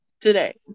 today